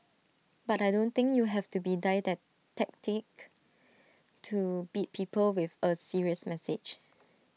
but I don't think you have to be to beat people with A serious message